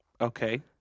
Okay